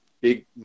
big